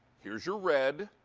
here's your red.